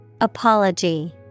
Apology